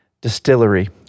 Distillery